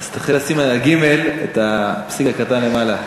אז תתחיל לשים על הגימ"ל את הפסיק הקטן למעלה.